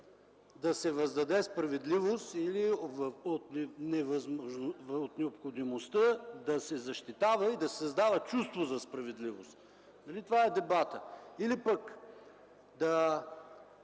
да се раздаде справедливост или от необходимостта да се защитава и да се създава чувството за справедливост? Дали това е дебатът, или пък да